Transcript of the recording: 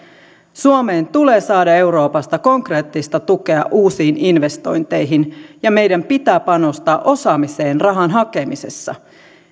suomen tulee saada euroopasta konkreettista tukea uusiin investointeihin ja meidän pitää panostaa osaamiseen rahan hakemisessa